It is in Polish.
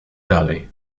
dalej